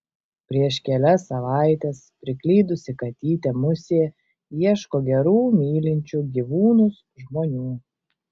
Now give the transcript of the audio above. prieš kelias savaites priklydusi katytė musė ieško gerų mylinčių gyvūnus žmonių